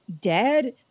dead